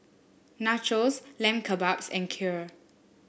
Nachos Lamb Kebabs and Kheer